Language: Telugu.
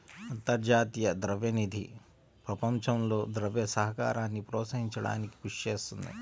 అంతర్జాతీయ ద్రవ్య నిధి ప్రపంచంలో ద్రవ్య సహకారాన్ని ప్రోత్సహించడానికి కృషి చేస్తుంది